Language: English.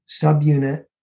subunit